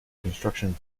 construction